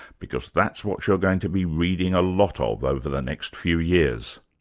because that's what you're going to be reading a lot ah of over the next few years.